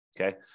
okay